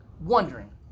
wondering